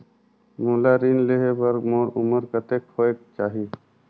मोला ऋण लेहे बार मोर उमर कतेक होवेक चाही?